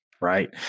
right